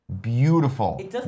beautiful